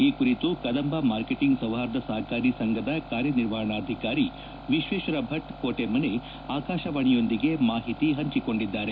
ಈ ಕುರಿತು ಕದಂಬ ಮಾರ್ಕೆಟಿಂಗ್ ಸೌಹಾರ್ದ ಸಹಕಾರಿ ಸಂಘದ ಕಾರ್ಯನಿರ್ವಹಣಾಧಿಕಾರಿ ವಿಶ್ವೇಶ್ವರ ಭಚ್ ಕೋಟೆಮನೆ ಆಕಾಶವಾಣಿಯೊಂದಿಗೆ ಮಾಹಿತಿ ಪಂಚಿಕೊಂಡಿದ್ದಾರೆ